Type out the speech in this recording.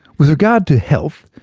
with regard to health,